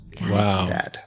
Wow